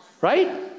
Right